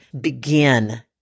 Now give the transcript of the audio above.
begin